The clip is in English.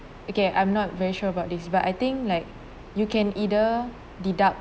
okay I'm not very sure about this but I think like you can either deduct